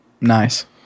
nice